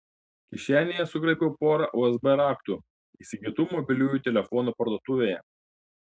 kišenėje sugraibiau porą usb raktų įsigytų mobiliųjų telefonų parduotuvėje